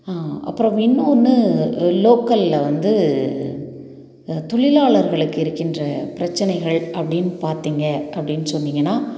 அப்புறம் இன்னோன்று லோக்கலில் வந்து தொழிலார்களுக்கு இருக்கின்ற பிரச்சனைகள் அப்படின் பார்த்திங்க அப்படின்னு சொன்னிங்கன்னா